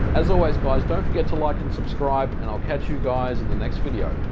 as always, guys, don't forget to like and subscribe, and i'll catch you, guys, in the next video.